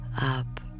up